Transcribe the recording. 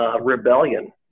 rebellion